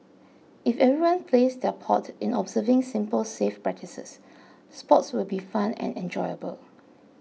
if everyone plays their part in observing simple safe practices sports will be fun and enjoyable